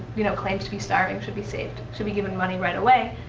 you know, claims to be starving should be saved, should be given money right away.